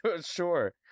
Sure